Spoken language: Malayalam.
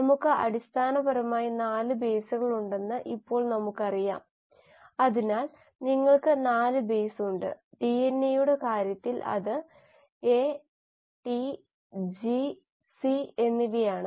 നമുക്ക് അടിസ്ഥാനപരമായി 4 ബേസുകളുണ്ടെന്ന് ഇപ്പോൾ നമുക്കറിയാം അതിനാൽ നിങ്ങൾക്ക് 4 ബേസ് ഉണ്ട് ഡിഎൻഎയുടെ കാര്യത്തിൽ അത് എ ടി ജി സി എന്നിവയാണ്